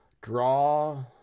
draw